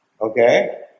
Okay